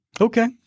Okay